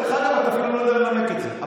דרך אגב, אתה אפילו לא יודע לנמק את זה.